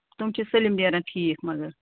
تِم چھِ سٲلِم نیران ٹھیٖک مَگر